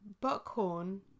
Buckhorn